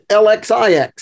LXIX